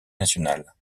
nationale